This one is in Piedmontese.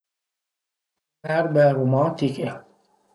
Erbe arumatiche